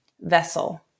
vessel